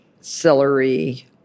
celery